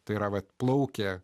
tai yra atplaukę